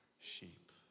sheep